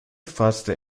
fasste